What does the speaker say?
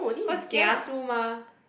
cause kiasu mah